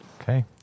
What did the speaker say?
Okay